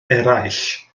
eraill